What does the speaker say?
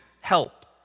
help